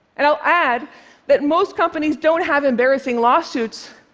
and i'll add that most companies don't have embarrassing lawsuits,